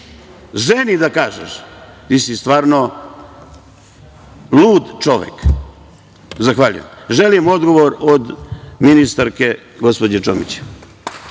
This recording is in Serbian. ženi da kažeš, ti si stvarno lud čovek. Zahvaljujem. Želim odgovor od ministarke gospođe Čomić.